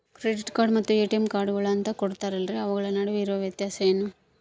Credit card ಮತ್ತ ATM ಕಾರ್ಡುಗಳು ಅಂತಾ ಕೊಡುತ್ತಾರಲ್ರಿ ಅವುಗಳ ನಡುವೆ ಇರೋ ವ್ಯತ್ಯಾಸ ಏನ್ರಿ?